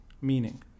meaning